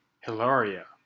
Hilaria